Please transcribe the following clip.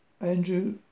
Andrew